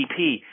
GDP